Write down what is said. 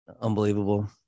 Unbelievable